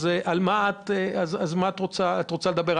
על מה את רוצה לדבר?